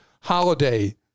holiday